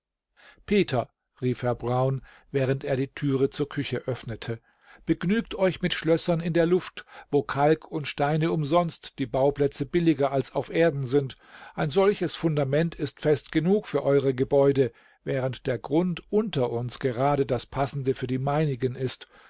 peter rief herr brown während er die türe zur küche öffnete begnügt euch mit schlössern in der luft wo kalk und steine umsonst die bauplätze billiger als auf erden sind ein solches fundament ist fest genug für eure gebäude während der grund unter uns gerade das passende für die meinigen ist